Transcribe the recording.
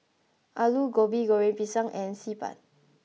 aloo gobi goreng pisang and xi ban